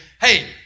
hey